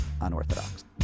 Unorthodox